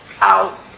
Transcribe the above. out